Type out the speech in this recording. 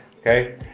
okay